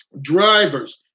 Drivers